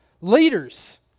Leaders